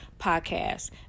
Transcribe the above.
podcast